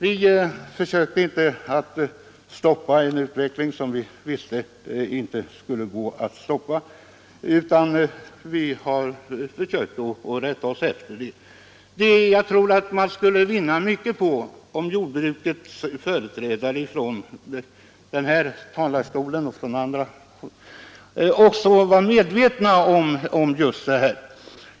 Vi visste att utvecklingen inte gick att stoppa, och därför försökte vi anpassa oss till den. Jag tror man skulle vinna mycket på att jordbrukets företrädare från den här talarstolen — och från andra också — vore medvetna om detta faktum.